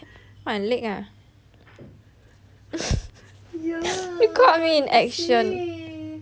you caught me in action